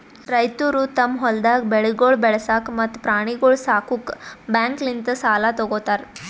ರೈತುರು ತಮ್ ಹೊಲ್ದಾಗ್ ಬೆಳೆಗೊಳ್ ಬೆಳಸಾಕ್ ಮತ್ತ ಪ್ರಾಣಿಗೊಳ್ ಸಾಕುಕ್ ಬ್ಯಾಂಕ್ಲಿಂತ್ ಸಾಲ ತೊ ಗೋತಾರ್